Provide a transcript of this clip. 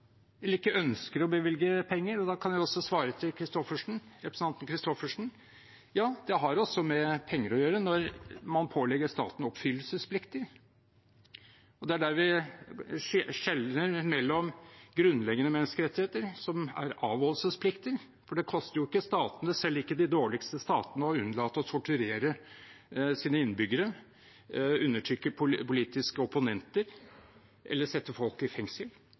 eller ikke ønsker å bevilge penger? Og da kan jeg også svare til representanten Christoffersen at det har også med penger å gjøre når man pålegger staten oppfyllelsesplikter. Det er der vi skjelner mellom grunnleggende menneskerettigheter, som er avholdelsesplikter – for det koster jo ikke statene, selv ikke de dårligste statene, å unnlate å torturere sine innbyggere, undertrykke politiske opponenter eller sette folk i fengsel